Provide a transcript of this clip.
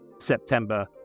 September